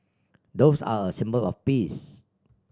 doves are a symbol of peace